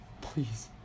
please